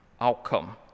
outcome